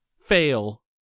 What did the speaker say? fail